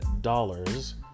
dollars